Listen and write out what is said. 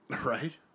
Right